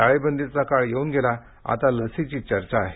टाळेबंदीचा काळ येऊन गेला आता लसीची चर्चा आहे